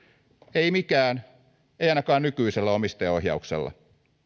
ei mikään ei ainakaan nykyisellä omistajaohjauksella